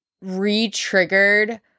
re-triggered